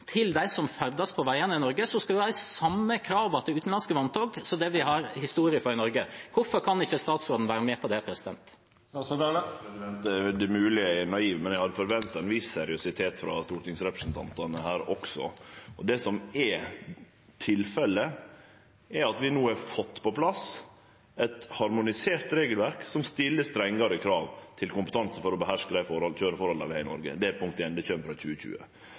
til dem som ferdes på veiene i Norge, skal det være de samme kravene til utenlandske vogntog som det vi har historie for i Norge. Hvorfor kan ikke statsråden være med på det? Det er mogleg eg er naiv, men eg hadde forventa ein viss seriøsitet frå stortingsrepresentantane her også. Det som er tilfellet, er at vi no har fått på plass eit harmonisert regelverk som stiller strengare krav til kompetanse for å beherske dei køyreforholda vi har i Noreg – det er punkt 1 som vi kjem med i 2020.